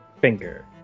finger